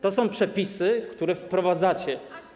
Takie są przepisy, które wprowadzacie.